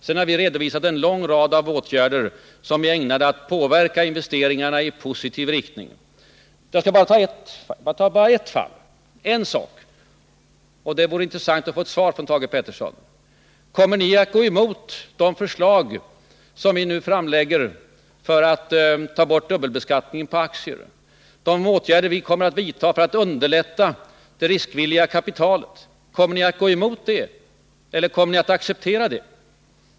Regeringen har redovisat förslag till en lång rad åtgärder som är ägnade att påverka investeringarna i positiv riktning. Jag skall bara ta upp en sak — det vore intressant att få ett svar från Thage Peterson på den punkten. Kommer ni att gå emot de förslag som vi nu framlägger för att ta bort dubbelbeskattningen på aktier, de åtgärder vi kommer att vidta för att underlätta för det riskvilliga kapitalet? Kommer ni att gå emot dem eller kommer ni att acceptera dem?